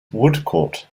woodcourt